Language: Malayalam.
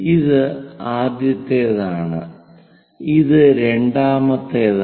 ഇത് ആദ്യത്തേതാണ് ഇത് രണ്ടാമത്തേതാണ്